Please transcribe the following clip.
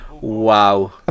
wow